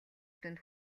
дүнд